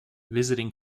visiting